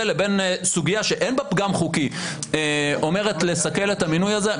לבין סוגיה שאין בה פגם חוקי אומרת לסכל את המינוי הזה,